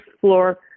floor